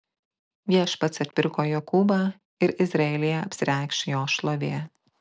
viešpats atpirko jokūbą ir izraelyje apsireikš jo šlovė